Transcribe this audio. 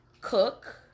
cook